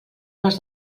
les